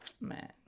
man